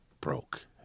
broke